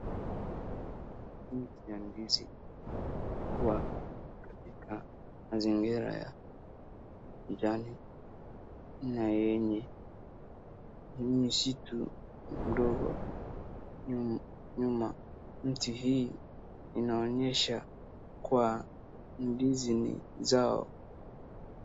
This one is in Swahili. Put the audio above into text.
Mti ya ndizi kwa katika mazingira ya kijani na yenye msitu mdogo nyuma. Mti hii inaonyesha kuwa ndizi ni zao.